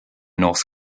north